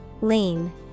Lean